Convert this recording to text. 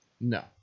No